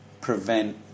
prevent